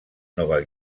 nova